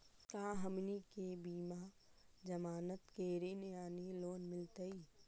का हमनी के बिना जमानत के ऋण यानी लोन मिलतई?